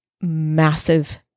massive